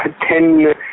ten